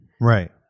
Right